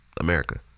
America